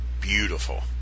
beautiful